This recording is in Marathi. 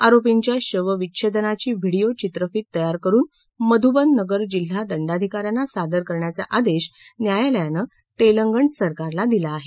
आरोपींच्या शवविच्छेदनाची व्हिडिओ चित्रीफित तयार करुन मधुबन नगर जिल्हा दंडाधिकाऱ्यांना सादर करण्याचा आदेश न्यायालयानं तेलंगण सरकारला दिला आहे